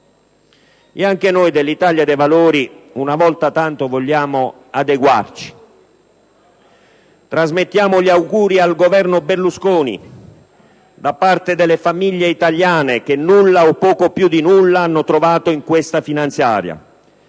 E anche noi dell'Italia dei Valori, una volta tanto, vogliamo adeguarci. Trasmettiamo gli auguri al Governo Berlusconi da parte delle famiglie italiane, che nulla o poco più di nulla hanno trovato in questa finanziaria.